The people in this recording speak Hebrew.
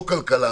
או כלכלה,